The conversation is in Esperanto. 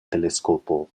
teleskopo